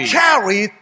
carry